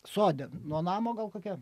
sode nuo namo gal kokia